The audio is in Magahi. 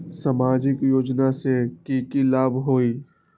सामाजिक योजना से की की लाभ होई?